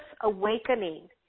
awakening